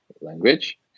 language